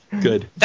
Good